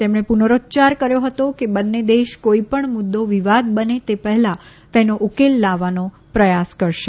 તેમણે પુનરોચ્યાર કર્યો હતો કે બંને દેશ કોઇપણ મુદ્દો વિવાદ બને તે પહેલા તેનો ઉકેલ લાવવાનો પ્રથાસ કરશે